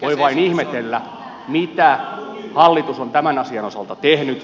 voi vain ihmetellä mitä hallitus on tämän asian osalta tehnyt